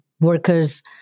workers